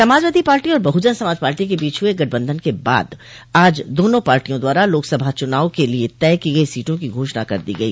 Samajwadi party और Bahujan Samaj party के बीच हुए गठबंधन के बाद आज दोनों पार्टियों द्वारा लोकसभा चुनाव के लिये तय की गई सीटों की घोषणा कर दी गई